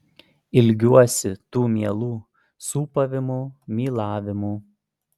ilgiuosi tų mielų sūpavimų mylavimų